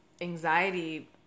anxiety